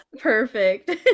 perfect